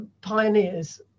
pioneers